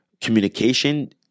communication